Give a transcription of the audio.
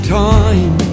time